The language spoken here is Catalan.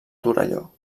torelló